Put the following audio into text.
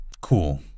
cool